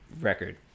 record